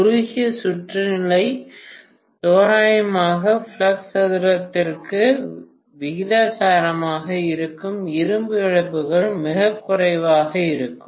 குறுகிய சுற்று நிலையில் தோராயமாக ஃப்ளக்ஸ் சதுரத்திற்கு விகிதாசாரமாக இருக்கும் இரும்பு இழப்புகள் மிகக் குறைவாக இருக்கும்